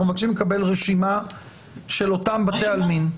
אנחנו מבקשים לקבל רשימה של אותם בתי עלמין.